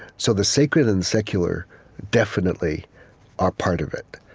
so the sacred and secular definitely are part of it.